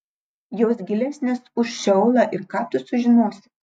jos gilesnės už šeolą ir ką tu sužinosi